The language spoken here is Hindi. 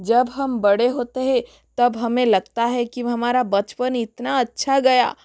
जब हम बड़े होते हैं तब हमें लगता है की हमारा बचपन इतना अच्छा गया